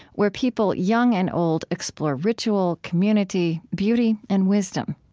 where people young and old explore ritual, community, beauty, and wisdom.